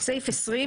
בסעיף 1,